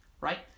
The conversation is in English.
right